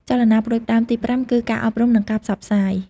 ចលនាផ្តួចផ្តើមទីប្រាំគឺការអប់រំនិងការផ្សព្វផ្សាយ។